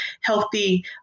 healthy